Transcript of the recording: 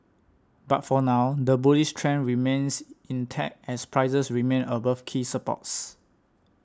but for now the bullish trend remains intact as prices remain above key supports